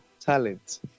talent